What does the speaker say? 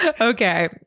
Okay